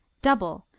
double,